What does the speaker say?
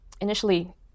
initially